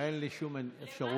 אין לי שום אפשרות,